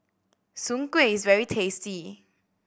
Soon Kuih is very tasty